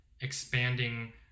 expanding